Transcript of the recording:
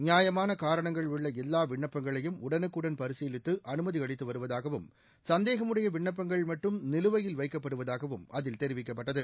நியாயமான காரணங்கள் உள்ள எல்லா விண்ணப்பங்களையும் உடனுக்குடன் பரீசிலித்து அனுமதி அளித்து வருவதாகவும் சந்தேகமுடைய விண்ணப்பங்கள் மட்டும் நிலுவையில் வைக்கப்படுவதாகவும் அதில் தெரிவிக்கப்பட்டது